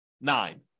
nine